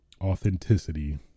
authenticity